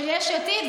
של יש עתיד,